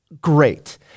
great